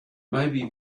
maybe